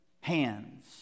Hands